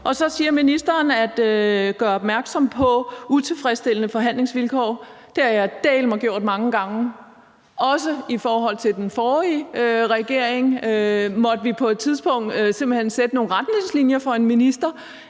Så siger ministeren, at man skal gøre opmærksom på utilfredsstillende forhandlingsvilkår. Det har jeg dæleme gjort mange gange. Også i forhold til den forrige regering måtte vi på et tidspunkt simpelt hen sætte nogle retningslinjer for en minister,